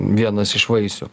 vienas iš vaisių